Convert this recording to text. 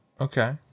Okay